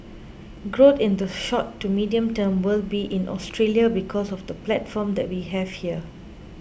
growth in the short to medium term will be in Australia because of the platform that we have here